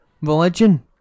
religion